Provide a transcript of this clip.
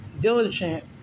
diligent